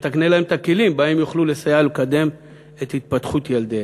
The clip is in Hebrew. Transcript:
שתקנה להם את הכלים שבהם יוכלו לסייע לקדם את התפתחות ילדיהם.